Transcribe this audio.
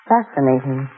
Fascinating